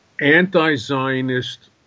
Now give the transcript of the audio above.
Anti-Zionist